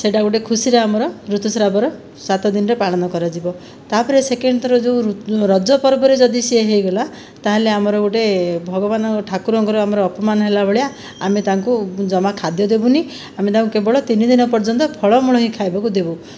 ସେଇଟା ଗୋଟିଏ ଖୁସିରେ ଆମର ଋତୁସ୍ରାବର ସାତ ଦିନରେ ପାଳନ କରାଯିବ ତା'ପରେ ସେକେଣ୍ଡ ଥର ଯେଉଁ ରଜ ପର୍ବରେ ଯଦି ସେ ହୋଇଗଲା ତା'ହେଲେ ଆମର ଗୋଟିଏ ଭଗବାନ ଠାକୁରଙ୍କର ଆମର ଅପମାନ ହେଲା ଭଳିଆ ଆମେ ତାଙ୍କୁ ଜମା ଖାଦ୍ୟ ଦେବୁନାହିଁ ଆମେ ତାଙ୍କୁ କେବଳ ତିନି ଦିନ ପର୍ଯ୍ୟନ୍ତ ଫଳମୂଳ ହିଁ ଖାଇବାକୁ ଦେବୁ